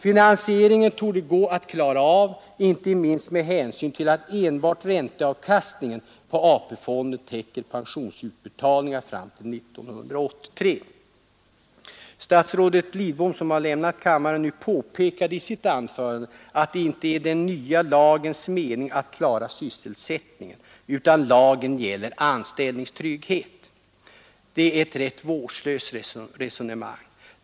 Finansieringen torde gå att klara av, inte minst med hänsyn till att enbart ränteavkastningen på AP-fonden täcker pensionsutbetalningarna fram till år 1983. Statsrådet Lidbom, som nu har lämnat kammaren, påpekade i sitt anförande att det inte är den nya lagens mening att klara sysselsättningen, utan lagen gäller anställningstrygghet. Det är ett ganska vårdslöst resonemang.